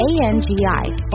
A-N-G-I